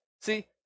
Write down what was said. see